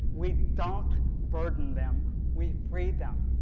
we don't burden them we free them.